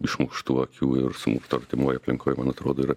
išmuštų akių ir smurto artimoj aplinkoj man atrodo yra